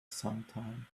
sometime